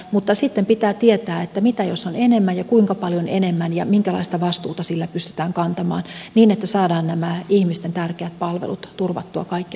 mutta sitten pitää tietää että mitä jos on enemmän ja kuinka paljon enemmän ja minkälaista vastuuta sillä pystytään kantamaan niin että saadaan nämä ihmisten tärkeät palvelut turvattua kaikkialla kunnissa